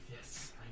Yes